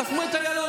חסמו את איילון.